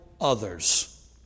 others